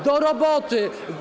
Do roboty.